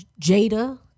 Jada